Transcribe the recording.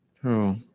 True